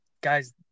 Guys